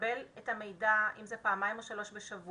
לקבל את המידע אם זה פעמיים או שלוש בשבוע,